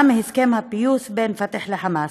עקב הסכם הפיוס בין פתח לחמאס.